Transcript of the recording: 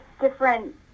different